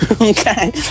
Okay